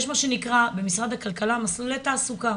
יש מה שנקרא במשרד הכלכלה מסלולי תעסוקה.